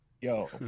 yo